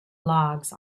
logs